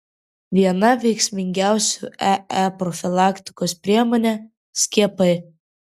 viena veiksmingiausių ee profilaktikos priemonė skiepai